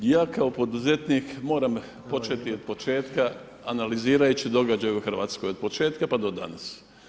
Ja kao poduzetnik moram početi od početka analizirajući događaje u RH od početka pa do danas.